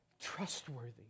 trustworthy